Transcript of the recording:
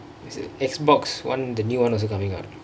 is it X box one the new one also comingk out